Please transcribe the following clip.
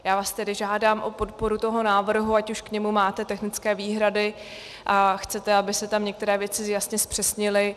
Já vás tedy žádám o podporu toho návrhu, ať už k němu máte technické výhrady a chcete, aby se tam některé věci jasně zpřesnily.